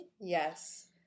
Yes